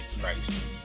crisis